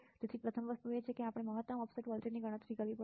તેથી પ્રથમ વસ્તુ એ છે કે આપણે મહત્તમ ઓફસેટ વોલ્ટેજની ગણતરી કરવી પડશે